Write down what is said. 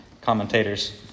commentators